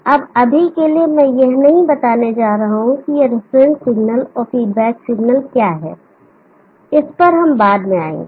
अब अभी के लिए मैं यह नहीं बताने जा रहा हूं कि यह रिफरेन्स सिग्नल और फीडबैक सिग्नल क्या है इस पर हम बाद में आएंगे